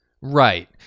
Right